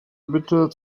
bitte